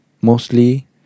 Mostly